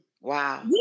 Wow